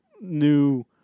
new